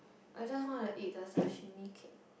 I just want to eat the sashimi cake